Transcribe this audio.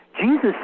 Jesus